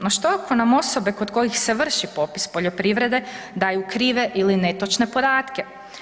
No što ako nam osobe kod kojih se vrši popis poljoprivrede daju krive ili netočne podatke?